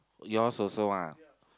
your's also ah